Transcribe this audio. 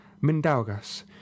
Mindaugas